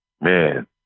man